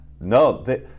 no